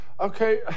Okay